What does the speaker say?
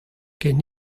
ken